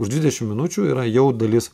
už dvidešimt minučių yra jau dalis